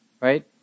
Right